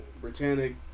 Britannic